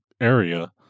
area